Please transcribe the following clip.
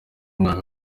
mwaka